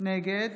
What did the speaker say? נגד